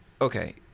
okay